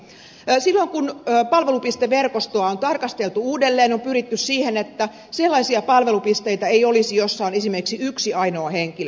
silloin kun palvelupisteverkostoa on tarkasteltu uudelleen on pyritty siihen että esimerkiksi sellaisia palvelupisteitä ei olisi joissa on yksi ainoa henkilö